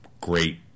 great